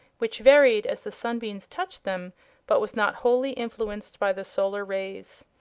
which varied as the sunbeams touched them but was not wholly influenced by the solar rays.